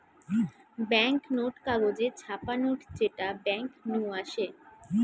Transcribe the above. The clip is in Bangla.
বেঙ্ক নোট কাগজে ছাপা নোট যেটা বেঙ্ক নু আসে